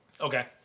Okay